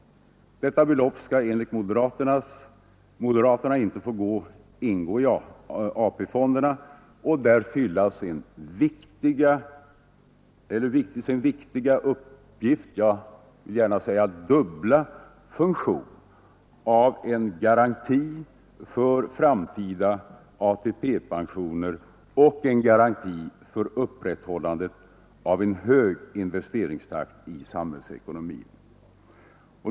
Detta belopp skall enligt moderaterna inte få ingå i AP-fonderna och där fylla sin dubbla funktion av en garanti för framtida ATP pensioner och en garanti för upprätthållandet av en hög investeringstakt i samhällsekonomin.